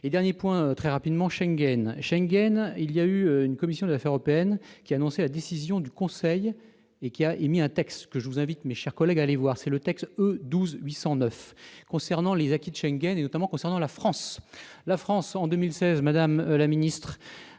et dernier point très rapidement, Schengen, Schengen, il y a eu une commission des Affaires européennes, qui annonçait la décision du Conseil et qui a émis un texte que je vous invite mes chers collègues, allez voir c'est le texte E 12 809 concernant les acquis Schengen et notamment concernant la France, la France en 2016 madame la Ministre,